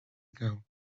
ago